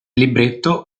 libretto